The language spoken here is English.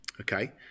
okay